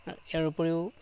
ইয়াৰ উপৰিও